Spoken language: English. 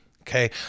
Okay